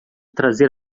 trazer